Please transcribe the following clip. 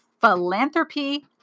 philanthropy